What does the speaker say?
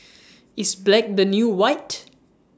is black the new white